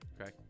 Okay